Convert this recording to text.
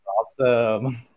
Awesome